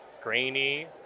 grainy